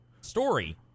story